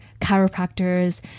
chiropractors